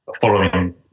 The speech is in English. following